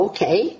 Okay